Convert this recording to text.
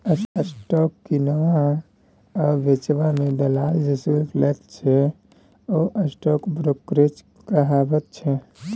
stock किनबा आ बेचबा मे दलाल जे शुल्क लैत छै ओ स्टॉक ब्रोकरेज कहाबैत छै